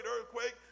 earthquake